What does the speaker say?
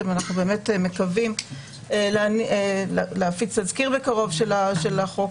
ואנחנו באמת מקווים להפיץ תזכיר בקרוב של החוק.